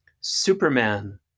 Superman